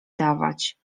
dawać